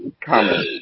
comment